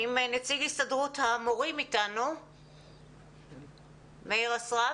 האם נציג הסתדרות המורים, מאיר אסרף,